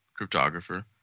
cryptographer